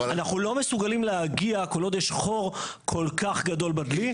אנחנו לא מסוגלים להגיע כל עוד יש חור כל כך גדול בדלי,